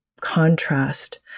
contrast